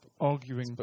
arguing